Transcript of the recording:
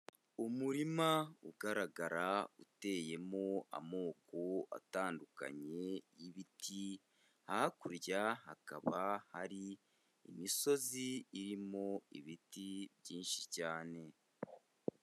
Umurima ugaragara, uteyemo amoko atandukanye y'ibiti, hakurya hakaba hari imisozi irimo ibiti byinshi cyane.